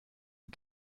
der